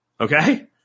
Okay